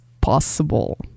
possible